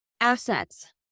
assets